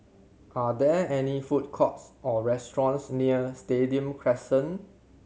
are there any food courts or restaurants near Stadium Crescent